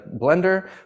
blender